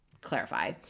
clarify